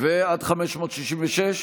עד 566?